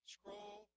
Scroll